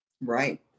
Right